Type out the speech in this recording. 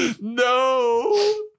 No